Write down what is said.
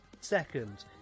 second